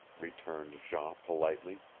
returned jean politely.